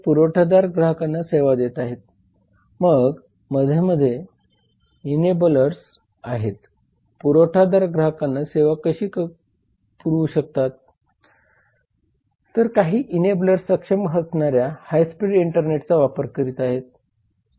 उदाहरणार्थ नेस्ले आणि स्टारबक्स सारख्या खाद्य सेवा कंपन्या त्यांचे पेपर कप रिसायकल करतात